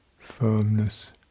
firmness